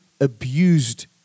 abused